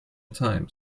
time